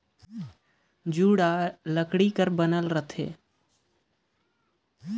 जुड़ा लकरी कर बनल होथे